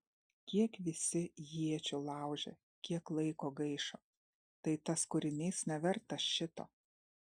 kiek visi iečių laužė kiek laiko gaišo tai tas kūrinys nevertas šito